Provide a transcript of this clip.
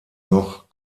noch